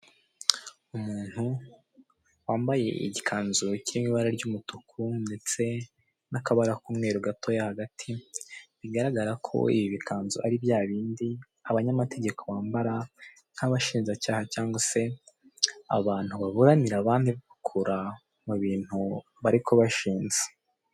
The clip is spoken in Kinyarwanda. Umuntu wambaye igikanzu kiri mu ibara ry'umutuku ndetse n'akabara k'umweru gatoya hagati, bigaragara ko ibi bikanzu ari bya bindi abanyamategeko bambara nk'abashinjacyaha cyangwa se abantu baburanira abandi babakura mu bintu bari kubashinza.